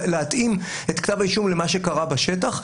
להתאים את כתב האישום למה שקרה בשטח,